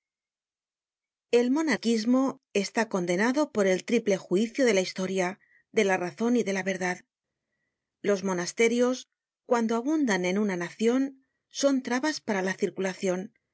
el monaquismo está condenado por el triple juicio de la historia de la razon y de la verdad los monasterios cuando abundan en una nacion son trabas para la circulacion